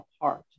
apart